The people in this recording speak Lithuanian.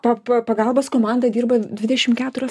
pop pagalbos komanda dirba dvidešimt keturias